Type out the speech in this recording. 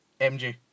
mg